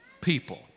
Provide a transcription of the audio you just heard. people